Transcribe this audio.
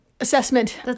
assessment